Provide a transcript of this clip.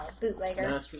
bootlegger